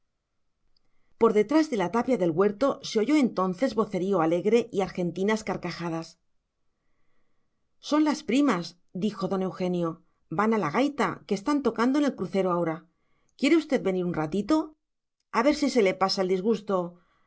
por detrás de la tapia del huerto se oyó entonces vocerío alegre y argentinas carcajadas son las primas dijo don eugenio van a la gaita que está tocando en el crucero ahora quiere usted venir un ratito a ver si se le pasa el disgusto